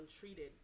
untreated